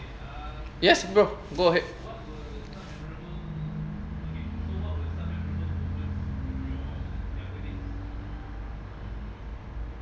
yes bro go ahead